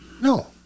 No